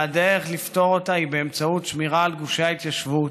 והדרך לפתור אותה היא באמצעות שמירה על גושי ההתיישבות.